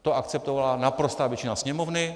To akceptovala naprostá většina Sněmovny.